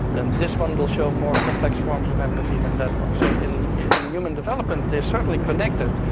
then this one will show more complex forms of empathy than that one. so in in human development they're certainly connected.